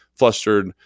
Flustered